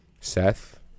Seth